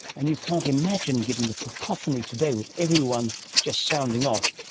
and you can't imagine, given the cacophony today with everyone just sounding off,